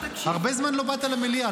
הרבה זמן לא באת למליאה,